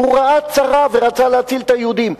הוא ראה צרה ורצה להציל את היהודים.